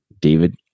David